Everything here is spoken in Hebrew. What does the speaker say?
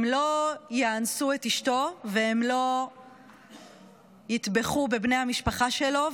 הם לא יאנסו את אשתו והם לא יטבחו בבני המשפחה שלו,